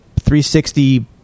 360